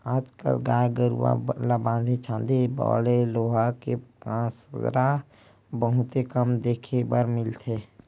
आज कल गाय गरूवा ल बांधे छांदे वाले लोहा के कांसरा बहुते कम देखे बर मिलथे